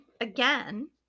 again